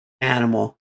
animal